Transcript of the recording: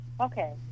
Okay